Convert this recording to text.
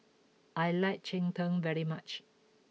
I like Cheng Tng very much